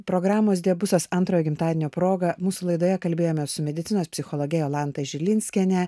programos diabusas antrojo gimtadienio proga mūsų laidoje kalbėjome su medicinos psichologe jolanta žilinskiene